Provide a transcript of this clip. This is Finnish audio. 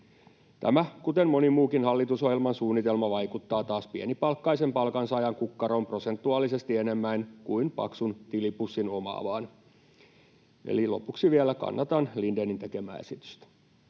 Tämä, kuten moni muukin hallitusohjelman suunnitelma, vaikuttaa taas pienipalkkaisen palkansaajan kukkaroon prosentuaalisesti enemmän kuin paksun tilipussin omaavaan. Eli lopuksi vielä: kannatan Lindénin tekemää esitystä.